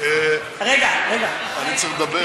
צריך לומר